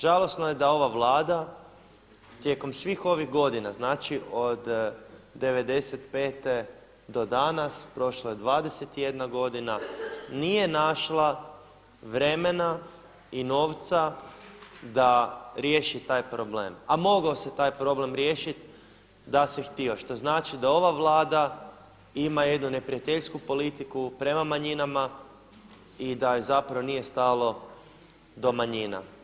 Žalosno je da ova Vlada tijekom svih ovih godina, od '95. do danas prošlo je 21 godina nije našla vremena i novca da riješi taj problem. a mogao se taj problem riješiti da se htio, što znači da ova Vlada ima jednu neprijateljsku politiku prema manjinama i da joj nije stalo do manjina.